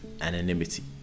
anonymity